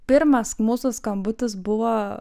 pirmas mūsų skambutis buvo